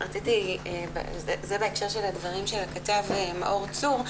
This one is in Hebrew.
זה בהקשר של הדברים של הכתב מאור צור.